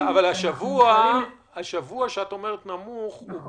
כשאת אומרת שהשבוע היה נמוך,